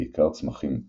בעיקר צמחים מסוימים.